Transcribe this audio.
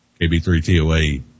KB3TOA